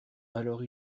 alors